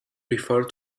refer